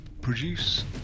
produce